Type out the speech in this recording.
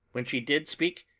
when she did speak,